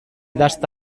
dasta